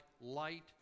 light